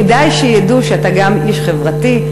כדאי שידעו שאתה גם איש חברתי,